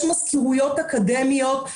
יש מזכירויות אקדמיות.